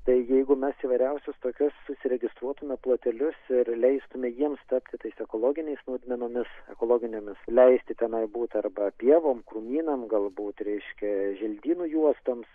tai jeigu mes įvairiausius tokius susiregistruotume plotelius ir leistumei jiems tapti tais ekologiniais naudmenomis ekologinėmis leisti tenai būti arba pievom krūmynam galbūt reiškia želdynų juostoms